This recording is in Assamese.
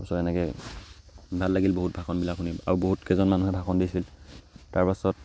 তাছ এনেকৈ ভাল লাগিল বহুত ভাষণবিলাক শুনি আৰু বহুতকেইজন মানুহে ভাষণ দিছিল তাৰপাছত